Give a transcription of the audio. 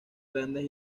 grandes